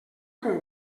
com